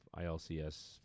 ILCS